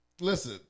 Listen